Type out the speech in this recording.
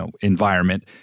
environment